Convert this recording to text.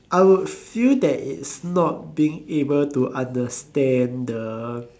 I would feel that it's not being able to understand the